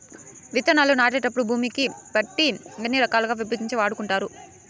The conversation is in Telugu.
విత్తనాలు నాటేటప్పుడు భూమిని బట్టి ఎన్ని రకాలుగా విభజించి వాడుకుంటారు?